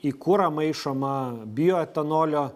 į kurą maišoma bio etanolio